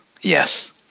Yes